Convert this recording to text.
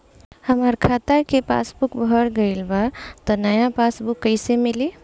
हमार खाता के पासबूक भर गएल बा त नया पासबूक कइसे मिली?